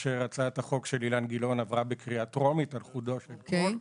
כאשר הצעת החוק של אילן גילאון עברה בקריאה טרומית על חודו של קול,